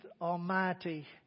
Almighty